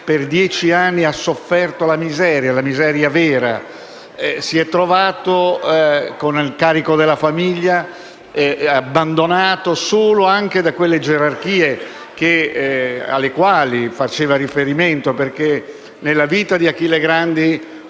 per dieci anni ha sofferto la miseria vera. Si è trovato con il carico della famiglia e abbandonato anche dalle gerarchie alle quali faceva riferimento. Nella vita di Achille Grandi